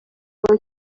for